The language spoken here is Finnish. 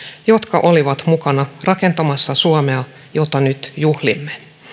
jotka olivat mukana rakentamassa suomea jota nyt juhlimme